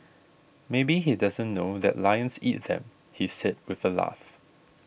maybe he doesn't know that lions eat them he said with a laugh